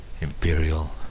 imperial